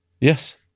Yes